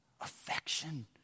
affection